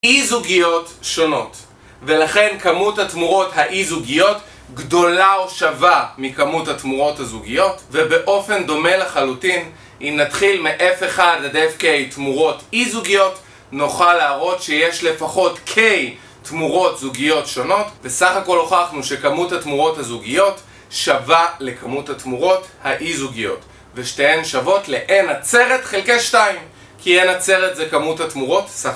אי-זוגיות שונות ולכן כמות התמורות האי-זוגיות גדולה או שווה מכמות התמורות הזוגיות ובאופן דומה לחלוטין אם נתחיל מ-F1 עד FK תמורות אי-זוגיות נוכל להראות שיש לפחות K תמורות זוגיות שונות וסך הכל הוכחנו שכמות התמורות הזוגיות שווה לכמות התמורות האי-זוגיות ושתיהן שוות לN עצרת חלקי שתיים כי N עצרת זה כמות התמורות סך